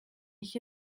ich